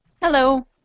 Hello